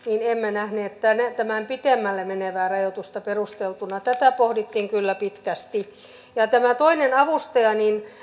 emme nähneet tämän tämän pidemmälle menevää rajoitusta perusteltuna tätä pohdittiin kyllä pitkästi ja tämä toinen avustaja